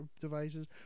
devices